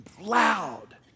loud